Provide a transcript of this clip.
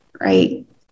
Right